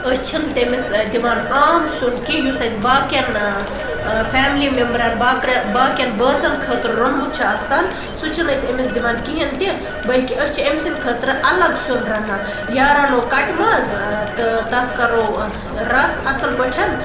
أسۍ چھِنہٕ تٔمِس دِوان عام سیُن کیٚنٛہہ یُس اَسہِ باقیَن فیملی مِمبرَن باقرٮ۪ن باقِین بٲژن خٲطرٕ روٚنمُت چھُ آسان سُہ چھِنہٕ أسۍ امِس دِوان کِہیٖنٛۍ تہِ بلکہِ أسۍ چھِ أمۍ سٕنٛدِ خٲطرٕ اَلَگ سیُن رَنان یا رَنو کَٹہٕ ماز تہٕ تَتھ کَرو رَس اصٕل پٲٹھۍ